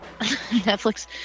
Netflix